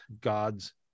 God's